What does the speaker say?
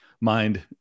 mind